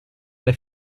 alle